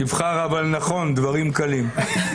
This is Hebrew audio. תבחר אבל נכון דברים קלים.